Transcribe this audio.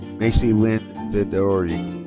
maci lynn vidaurri.